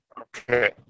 okay